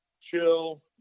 chill